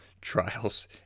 trials